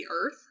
earth